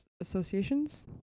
associations